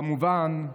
כמובן,